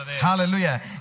hallelujah